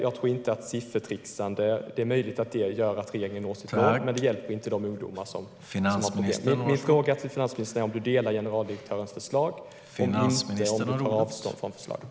Det är möjligt att siffertrixande gör att regeringen når sitt mål, men det hjälper inte de ungdomar som har problem. Instämmer finansministern i generaldirektörens förslag? Om inte, tar hon avstånd från förslaget?